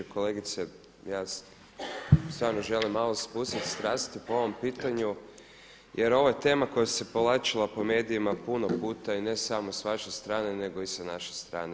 Kolegice, ja stvarno želim malo spustiti strasti po ovom pitanju jer ovo je tema koja se povlačila po medijima puno puta i ne samo s vaše strane nego i sa naše strane.